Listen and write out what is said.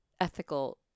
ethical